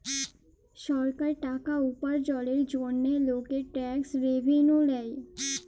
সরকার টাকা উপার্জলের জন্হে লকের ট্যাক্স রেভেন্যু লেয়